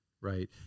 right